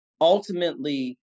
Ultimately